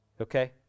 okay